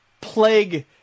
plague